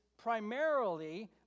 primarily